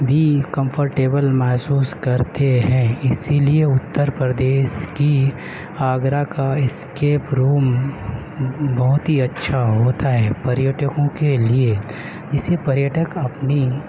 بھی کنفرٹیبل محسوس کرتے ہیں اسی لیے اتر پردیش کی آگرہ کا اسکیپ روم بہت ہی اچھا ہوتا ہے پریٹکوں کے لیے اسی پریٹک اپنی